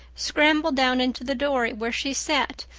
scrambled down into the dory, where she sat,